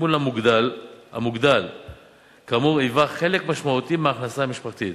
התגמול המוגדל כאמור היווה חלק משמעותי מההכנסה המשפחתית,